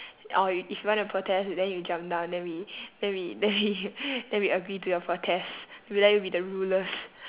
orh if if you wanna protest then you jump down then we then we then we then we agree to your protest we'll let you be the rulers